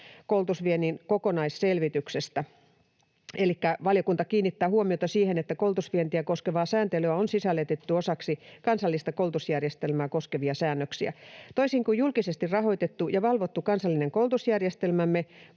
koulutusviennin kokonaisselvityksestä. Elikkä valiokunta kiinnittää huomiota siihen, että koulutusvientiä koskevaa sääntelyä on sisällytetty osaksi kansallista koulutusjärjestelmää koskevia säännöksiä. Toisin kuin julkisesti rahoitettu ja valvottu kansallinen koulutusjärjestelmämme,